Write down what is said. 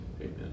amen